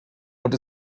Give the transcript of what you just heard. und